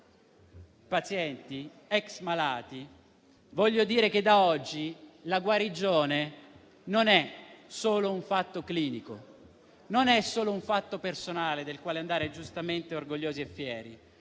pazienti, ex malati, voglio dire che da oggi la guarigione non è solo un fatto clinico e non è solo un fatto personale, del quale andare giustamente orgogliosi e fieri: